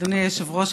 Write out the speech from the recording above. אדוני היושב-ראש,